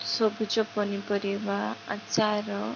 ସବୁଜ ପନିପରିବା ଆଚାର